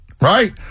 right